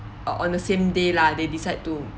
uh on the same day lah they decide to